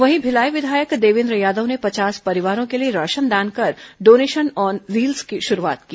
वहीं भिलाई विधायक देवेन्द्र यादव ने पचास परिवारों के लिए राशन दान कर डोनेशन ऑन व्हील्स की शुरूआत की